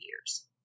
years